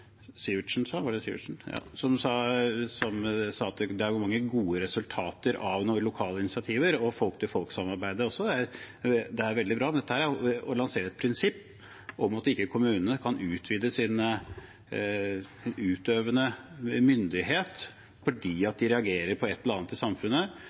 Sivertsen sa, at det er mange gode resultater av noen lokale initiativer og folk-til-folk-samarbeidet, og det er veldig bra. Dette forslaget er å lansere et prinsipp om at kommunene ikke kan utvide sin utøvende myndighet,